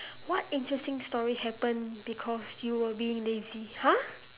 what interesting story happen because you were being lazy !huh!